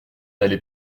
allez